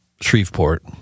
Shreveport